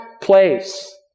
place